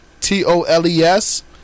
T-O-L-E-S